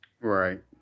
Right